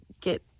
get